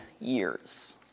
years